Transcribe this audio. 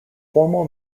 formal